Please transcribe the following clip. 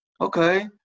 okay